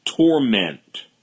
torment